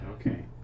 Okay